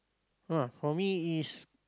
!wah! for me is